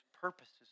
purposes